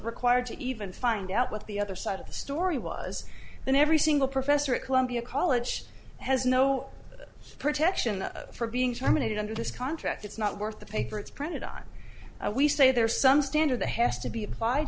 required to even find out what the other side of the story was on every single professor at columbia college has no protection for being terminated under this contract it's not worth the paper it's printed on we say there's some standard to has to be applied